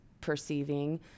perceiving